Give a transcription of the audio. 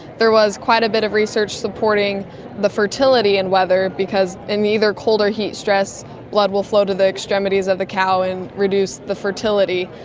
there was quite a bit of research supporting the fertility and weather, because in either cold or heat stress blood will flow to the extremities of the cow and reduce the fertility.